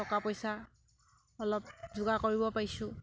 টকা পইচা অলপ যোগাৰ কৰিব পাৰিছোঁ